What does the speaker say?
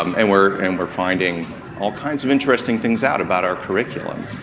um and we're and we're finding all kinds of interesting things out about our curriculum.